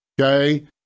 Okay